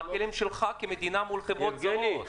מה הכלים שלך כמדינה מול חברות זרות?